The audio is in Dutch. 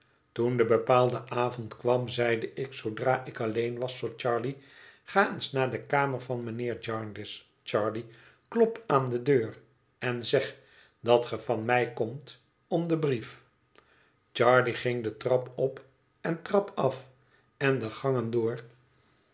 toen de bepaalde avond kwam zeide ik zoodra ik alleen was tot charley ga eens naar de kamer van mijnheer jarndyce charley klop aan de deur en zeg dat ge van mij komt om den brief charley ging trap op en trap af en de gangen door